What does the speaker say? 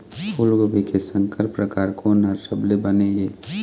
फूलगोभी के संकर परकार कोन हर सबले बने ये?